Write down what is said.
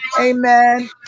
Amen